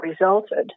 resulted